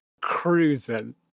cruising